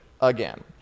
again